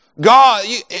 God